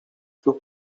sus